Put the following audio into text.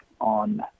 on